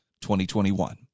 2021